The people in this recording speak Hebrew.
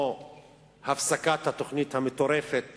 כמו הפסקת התוכנית המטורפת